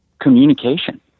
communication